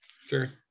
Sure